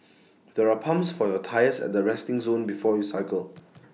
there are pumps for your tyres at the resting zone before you cycle